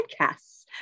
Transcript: podcasts